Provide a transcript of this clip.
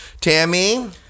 Tammy